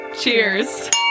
cheers